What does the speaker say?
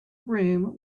room